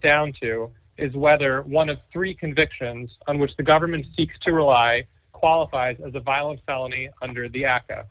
down to is whether one of three convictions on which the government seeks to rely qualifies as a violent felony under the aca